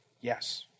Yes